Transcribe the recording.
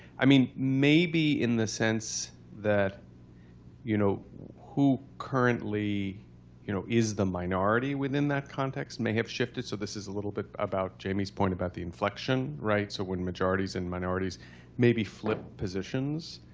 i mean, maybe, in the sense that you know who currently you know is the minority within that context may have shifted. so this is a little bit about jamie's point about the inflection, right. so when majorities and minorities maybe flip positions.